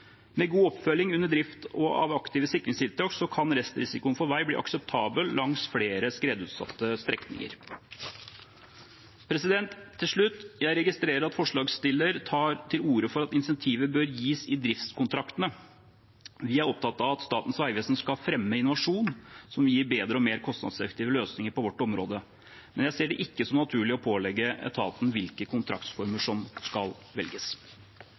Med god oppfølging under drift og aktive sikringstiltak kan restrisikoen for vei bli akseptabel langs flere skredutsatte strekninger. Til slutt: Jeg registrerer at forslagsstilleren tar til orde for at insentivet bør gis i driftskontraktene. Vi er opptatt av at Statens vegvesen skal fremme innovasjon som gir bedre og mer kostnadseffektive løsninger på vårt område, men jeg ser det ikke som naturlig å pålegge etaten hvilke kontraktsformer som skal velges.